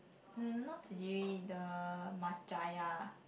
no no not Tsujiri the Matchaya